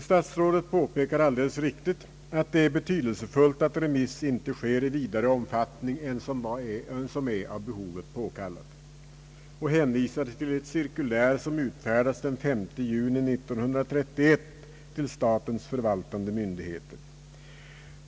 Statsrådet påpekar alldeles riktigt, att det är betydelsefullt att remiss inte sker i vidare omfattning än vad som är av behovet påkallat, och hänvisar till ett cirkulär som utfärdats den 5 juni 1931 till statens förvaltande myndigheter.